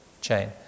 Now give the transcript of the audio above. chain